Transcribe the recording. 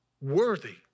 worthy